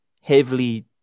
heavily